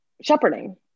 shepherding